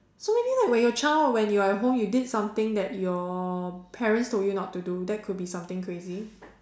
so maybe like when you're a child when you're at home you did something that your parents told you not to do that could be something crazy